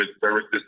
Services